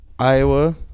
Iowa